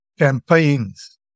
campaigns